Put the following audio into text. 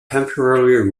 temporarily